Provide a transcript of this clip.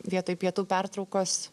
vietoj pietų pertraukos